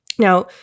Now